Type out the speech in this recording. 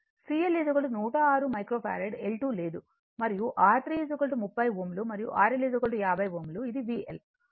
C L 106 micro farad L2 లేదు మరియు R 3 30 Ω మరియు R L 50 Ω ఇది V L